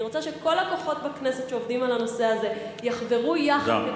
אני רוצה שכל הכוחות בכנסת שעובדים על הנושא הזה יחברו יחד,